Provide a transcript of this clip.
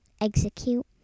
Execute